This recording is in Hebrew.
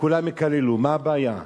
וכולם יקללו, מה הבעיה?